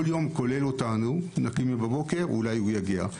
כל יום כולל אותנו, קמים בבוקר - אולי הוא יגיע.